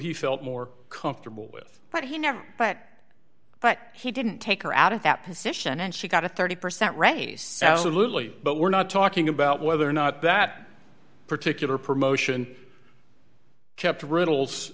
he felt more comfortable with but he never but but he didn't take her out of that position and she got a thirty percent raise so loosely but we're not talking about whether or not that particular promotion kept